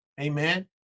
Amen